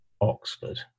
Oxford